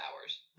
hours